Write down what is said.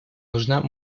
нужна